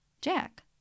Jack